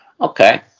Okay